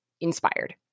inspired